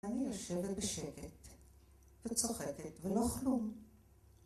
אני יושבת בשקט, וצוחקת, ולא כלום.